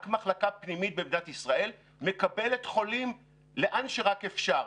רק מחלקה פנימית במדינת ישראל מקבלת חולים לאן שרק אפשר.